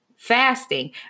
fasting